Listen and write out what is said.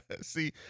See